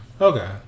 Okay